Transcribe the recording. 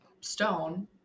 stone